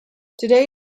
today